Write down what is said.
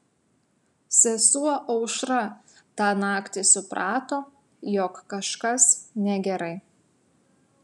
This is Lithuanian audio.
sesuo aušra tą naktį suprato jog kažkas negerai